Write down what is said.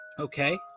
okay